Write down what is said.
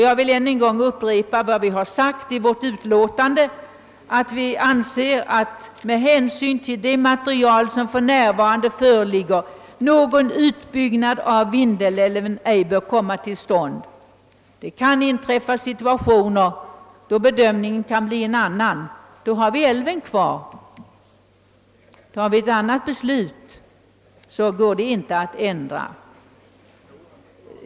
Jag vill än en gång upprepa vad vi har sagt i vårt utlåtande: »Utskottet anser sålunda att med hänsyn till det material som för närvarande föreligger, någon utbyggnad av Vindelälven ej bör komma till stånd.» Det kan inträffa situationer, då bedömningen kan bli en annan. Då har vi älven kvar. Fattar vi ett annat beslut, så går det inte att ändra.